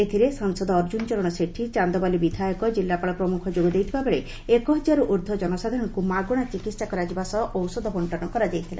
ଏଥିରେ ସାଂସଦ ଅର୍ଜ୍ୱନ ଚରଣ ସେଠୀ ଚାଦବାଲି ବିଧାୟକ ଜିଲ୍ଲାପାଳ ପ୍ରମୁଖ ଯୋଗ ଦେଇଥିଲାବେଳେ ଏକହଜାରରୁ ଊର୍ଦ୍ଧ୍ ଜନସାଧାରଣଙ୍କୁ ମାଗଣା ଚିକିହା କରାଯିବା ସହ ଔଷଧ ବଙ୍କନ କରାଯାଇଥିଲା